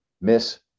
miss